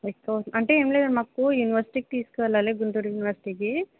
ఎక్కు అంటే ఏం లేదు మాకు యూనివర్సిటీకి తీసుకువెళ్ళాలి గుంటూరు యూనివర్సిటీకి